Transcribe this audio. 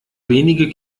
wenige